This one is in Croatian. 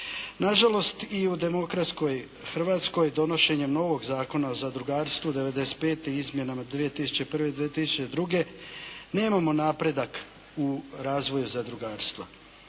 Nažalost, i u demokratskoj Hrvatskoj donošenjem novog Zakona o zadrugarstvu 95. i izmjenama 2001. i 2002. nemamo napredak u razvoju zadrugarstva.